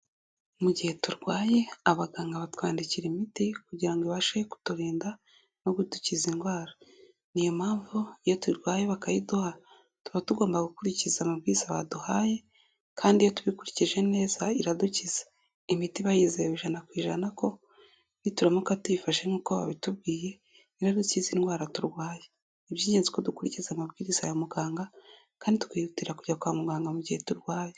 Mu gihe turwaye abaganga batwandikira imiti, kugira ngo ibashe kuturinda no kudukiza indwara, niyo mpamvu iyo turwaye bakayiduha tuba tugomba gukurikiza amabwiriza baduhaye, kandi iyo tubikurikije neza iradukiza, imiti iba yizeyewe ijana kw'ijana ko nituramuka tuyifashe nk'uko babitubwiye, iradukiza indwara turwaye, ni iby'ingenzi ko dukurikiza amabwiriza ya muganga, kandi tukihutira kujya kwa muganga mu gihe turwaye.